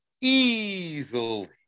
easily